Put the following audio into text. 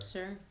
Sure